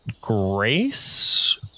grace